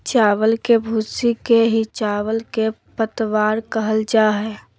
चावल के भूसी के ही चावल के पतवार कहल जा हई